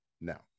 now